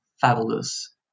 fabulous